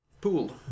pool